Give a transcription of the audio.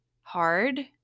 hard